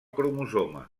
cromosoma